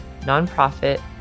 nonprofit